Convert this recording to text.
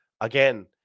Again